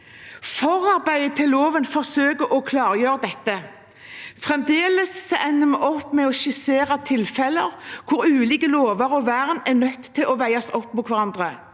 Forarbeidene til loven forsøker å klargjøre dette. Fremdeles ender vi opp med å skissere tilfeller hvor ulike lover og vern er nødt til å veies opp mot hverandre.